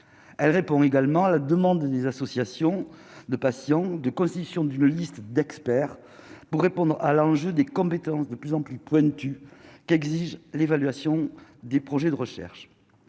elle répond également à la demande des associations de patients, de constitution d'une liste d'experts pour répondre à l'enjeu des compétences de plus en plus pointue qu'exige l'évaluation des projets de recherche